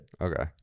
Okay